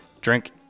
drink